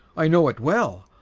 i know it well.